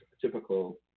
typical